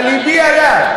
אבל לבי עליו,